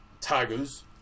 Tigers